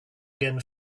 again